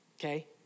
Okay